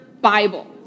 Bible